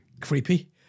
creepy